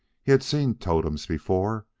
he had seen totems before,